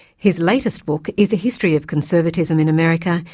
his latest book is a history of conservatism in america,